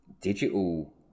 digital